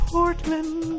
Portland